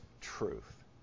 truth